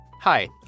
Hi